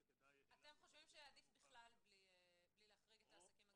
שזה לא חל בשנתיים וחצי האחרונות לא הוחרגו בכלל מהחוק הגיפט קארדים.